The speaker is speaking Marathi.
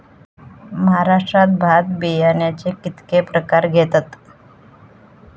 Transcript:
महाराष्ट्रात भात बियाण्याचे कीतके प्रकार घेतत?